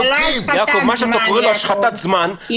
זה לא השחתת זמן, יעקב.